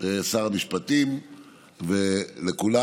לשר המשפטים ולכולם.